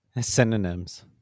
Synonyms